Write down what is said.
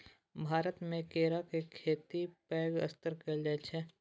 भारतमे केराक खेती पैघ स्तर पर कएल जाइत छै